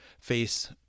face